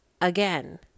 again